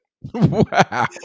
Wow